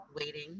waiting